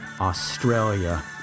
Australia